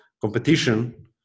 competition